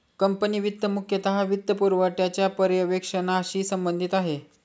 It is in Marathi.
कंपनी वित्त मुख्यतः वित्तपुरवठ्याच्या पर्यवेक्षणाशी संबंधित आहे